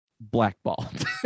blackballed